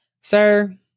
sir